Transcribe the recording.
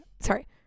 sorry